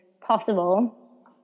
possible